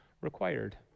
required